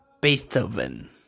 Beethoven